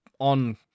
on